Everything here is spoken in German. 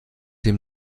dem